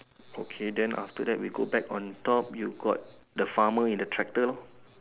okay then after that we go back on top you got the farmer in the tractor